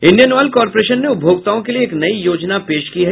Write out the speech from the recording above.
Indian Oil Corporation ने उपभाक्ताओं के लिये एक नयी योजना पेश की है